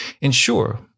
ensure